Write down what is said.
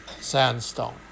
sandstone